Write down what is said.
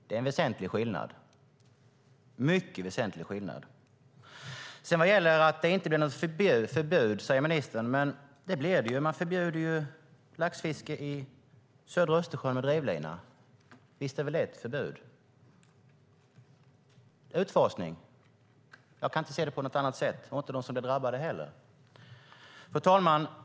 Det är en mycket väsentlig skillnad. Ministern säger att det inte blir något förbud, men det blir det. Man förbjuder laxfiske med drivlina i södra Östersjön. Visst är väl det ett förbud? När det gäller utfasning kan jag inte se det på något annat sätt, och det kan inte heller de som blir drabbade. Fru talman!